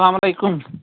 اَسلامُ علیکُم